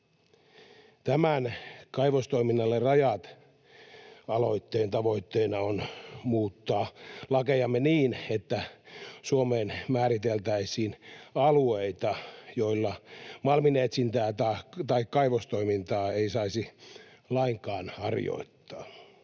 Tämän Kaivostoiminnalle rajat ‑aloitteen tavoitteena on muuttaa lakejamme niin, että Suomeen määriteltäisiin alueita, joilla malminetsintää tai kaivostoimintaa ei saisi lainkaan harjoittaa.